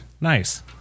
Nice